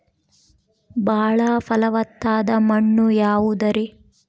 ಬಾಳ ಫಲವತ್ತಾದ ಮಣ್ಣು ಯಾವುದರಿ?